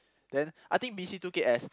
then I think B_C took it as